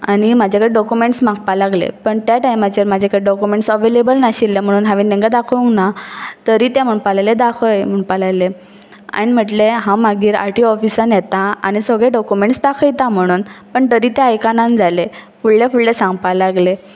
आनी म्हाजे कडेन डॉक्युमेंट्स मागपाक लागले पण त्या टायमाचेराजे कडेन डॉक्युमेंट्स अवेलेबल नाशिल्ले म्हणून हांवेन तेंगां दाखोंक ना तरी तें म्हणपा लागलें दाखय म्हणपा लागलें हांवें म्हटलें हांव मागीर आर टी ओ ऑफिसान येता आनी सगळे डॉक्युमेंट्स दाखयता म्हणून पण तरी तें आयकनान जालें फुडले फुडलें सांगपा लागलें